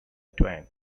twain